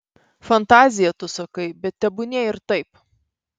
fantazija tu sakai bet tebūnie ir taip